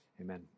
amen